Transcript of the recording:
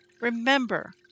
Remember